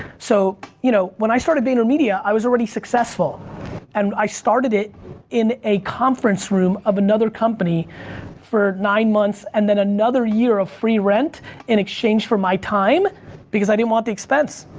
so you know when i started vayner media, i was already successful and i started it in a conference room of another company for nine months and then another year of free rent in exchange for my time because i didn't want the expense.